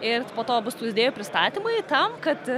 ir po to bus tų idėjų pristatymai tam kad